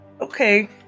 okay